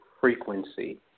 frequency